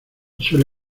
suele